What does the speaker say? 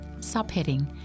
Subheading